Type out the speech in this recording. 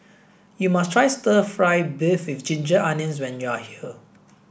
you must try stir fry beef with ginger onions when you are here